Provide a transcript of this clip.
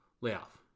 layoff